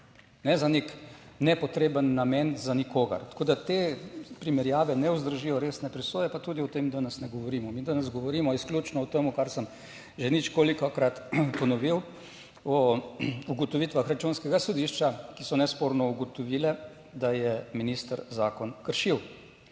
ne za nek nepotreben namen za nikogar. Tako, da te primerjave ne vzdržijo resne presoje. Pa tudi o tem danes ne govorimo, mi danes govorimo izključno o tem, kar sem že ničkolikokrat ponovil, o ugotovitvah Računskega sodišča, ki so nesporno ugotovile, da je minister zakon kršil.